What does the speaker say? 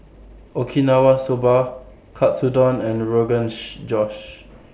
Okinawa Soba Katsudon and Rogan She Josh